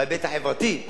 בהיבט החברתי,